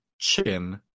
Chicken